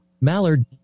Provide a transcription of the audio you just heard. Mallard